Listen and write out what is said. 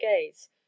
gaze